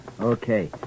Okay